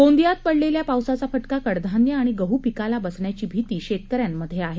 गोंदियात पडलेल्या पावसाचा फटका कडधान्य आणि गहू पिकाला बसण्याची भीती शेतकऱ्यांमध्ये आहे